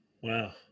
Wow